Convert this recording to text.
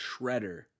Shredder